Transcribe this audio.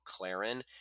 McLaren